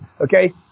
Okay